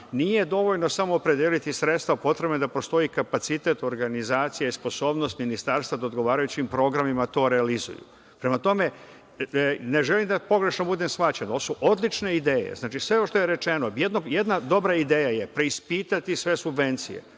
nije dovoljno samo opredeliti sredstva, potrebno je da postoji kapacitet organizacije i sposobnost Ministarstva da odgovarajućim programima to realizuje. Prema tome, ne želim da pogrešno budem shvaćen, ovo su odlične ideje, znači, sve ovo što je rečeno. Jedna dobra ideja je preispitati sve subvencije.